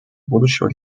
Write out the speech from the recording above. будущего